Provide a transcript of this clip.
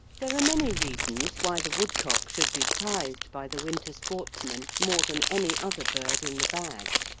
there are many reasons why the woodcock should be prized by the winter sportsman more than any other bird in the bag.